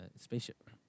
spaceship